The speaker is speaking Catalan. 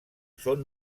són